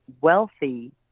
wealthy